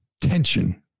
tension